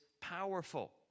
powerful